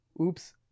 Oops